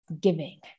giving